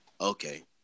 Okay